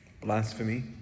Blasphemy